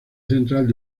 central